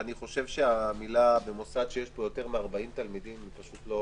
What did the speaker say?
אני חושב שהמילים "במוסד יותר מ-40 תלמידים" הם פשוט לא